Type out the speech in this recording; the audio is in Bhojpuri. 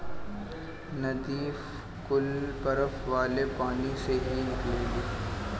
नदी कुल बरफ वाले पानी से ही निकलेली